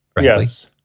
Yes